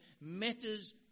matters